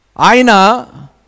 Aina